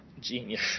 Genius